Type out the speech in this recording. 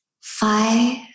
five